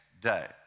day